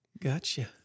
Gotcha